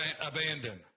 abandoned